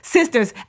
Sisters